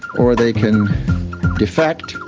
or they can defect.